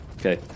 Okay